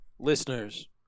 Listeners